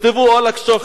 תכתבו "אולג שייחט"